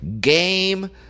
game